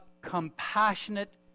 compassionate